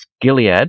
Gilead